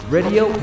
Radio